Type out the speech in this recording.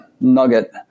nugget